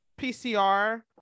pcr